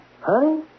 Honey